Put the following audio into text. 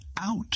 out